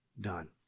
done